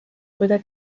brüder